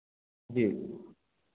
जी